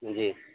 جی